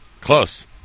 Close